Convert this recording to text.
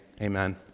Amen